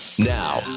Now